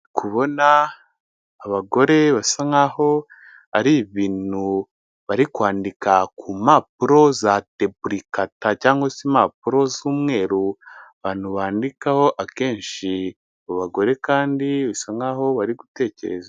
Kubona abagore basa nkaho ari ibintu bari kwandika ku mpapuro za depurikata, cyangwa se impapuro z'umweru abantu bandikaho akenshi. Abo bagore kandi bisa nkaho bari gutekereza.